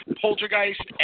Poltergeist